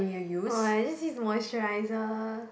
!wah! this is moisturiser